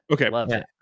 okay